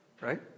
Right